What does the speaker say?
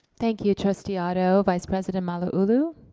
thank you trustee otto, vice president malauulu?